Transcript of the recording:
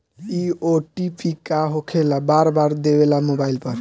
इ ओ.टी.पी का होकेला बार बार देवेला मोबाइल पर?